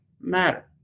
matter